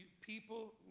people